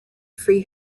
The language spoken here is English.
free